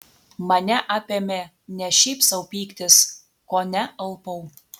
mane apėmė ne šiaip sau pyktis kone alpau